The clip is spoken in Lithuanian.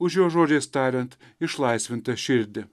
už jos žodžiais tariant išlaisvintą širdį